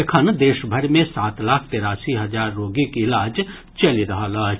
एखन देशभरि मे सात लाख तेरासी हजार रोगीक इलाज चलि रहल अछि